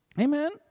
Amen